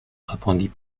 répondit